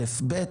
בי"ת,